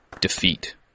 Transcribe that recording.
defeat